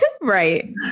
Right